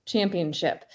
Championship